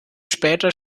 später